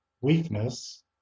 weakness